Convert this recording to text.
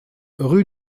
rue